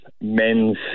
men's